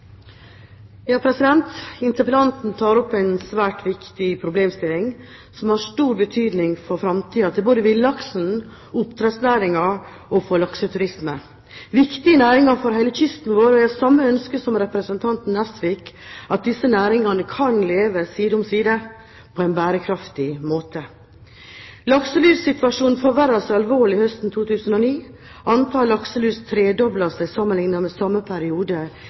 Interpellanten tar opp en svært viktig problemstilling som har stor betydning for framtiden både for villaksen, oppdrettsnæringen og lakseturismen – viktige næringer for hele kysten vår. Jeg har samme ønske som representanten Nesvik – at disse næringene kan «leve side om side» på en bærekraftig måte. Lakselussituasjonen forverret seg alvorlig høsten 2009. Antall lakselus tredoblet seg sammenliknet med samme periode